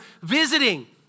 visiting